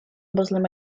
muslim